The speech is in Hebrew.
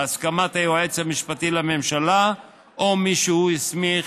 בהסכמת היועץ המשפטי לממשלה או מי שהוא הסמיך,